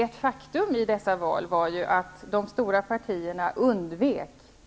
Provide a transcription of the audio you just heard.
Ett faktum när det gäller valet emellertid är att de stora partierna